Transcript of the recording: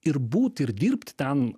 ir būt ir dirbt ten